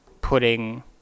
putting